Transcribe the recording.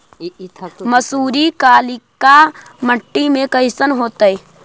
मसुरी कलिका मट्टी में कईसन होतै?